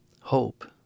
hope